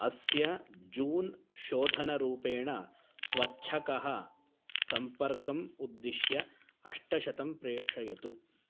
अस्य जून् शोधनरूपेण स्वच्छकः सम्पर्कम् उद्दिश्य अष्टशतं प्रेषयतु